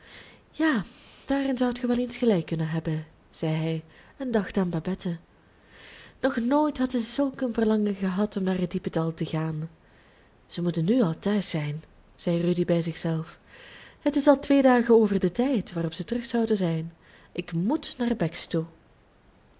ja daarin zoudt ge wel eens gelijk kunnen hebben zei hij en dacht aan babette nog nooit had hij zulk een verlangen gehad om naar het diepe dal te gaan zij moeten nu al thuis zijn zei rudy bij zich zelf het is al twee dagen over den tijd waarop zij terug zouden zijn ik moet naar bex toe